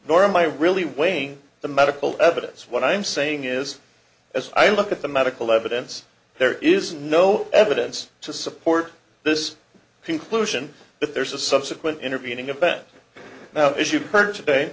nor am i really weighing the medical evidence what i'm saying is as i look at the medical evidence there is no evidence to support this conclusion but there's a subsequent intervening event now as you've heard today